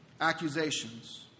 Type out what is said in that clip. Accusations